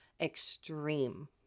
extreme